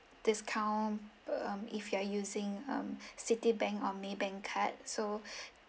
discount um if you are using um Citibank or Maybank card so